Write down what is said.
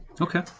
Okay